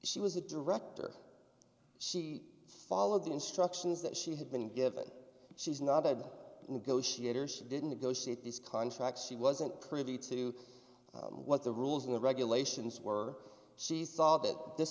she was a director she followed the instructions that she had been given she's not that negotiator she didn't go sit this contract she wasn't privy to what the rules and regulations were she saw that this